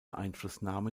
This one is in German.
einflussnahme